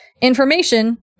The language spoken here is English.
information